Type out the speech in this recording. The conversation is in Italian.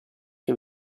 che